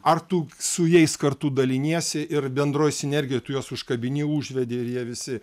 ar tu su jais kartu daliniesi ir bendroj sinergijoj tu juos užkabini užvedi jie visi